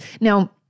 Now